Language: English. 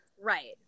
Right